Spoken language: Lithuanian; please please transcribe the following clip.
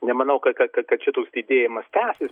nemanau kad kad kad kad šitoks didėjimas tęsis